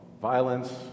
violence